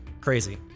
Crazy